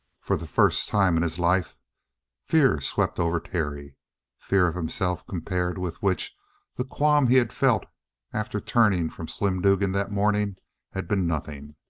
for the first time in his life fear swept over terry fear of himself compared with which the qualm he had felt after turning from slim dugan that morning had been nothing.